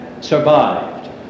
survived